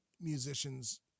musicians